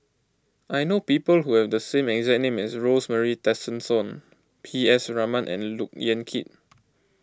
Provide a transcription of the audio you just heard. I know people who have the same exact name as Rosemary Tessensohn P S Raman and Look Yan Kit